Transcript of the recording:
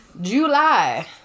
July